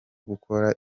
gukora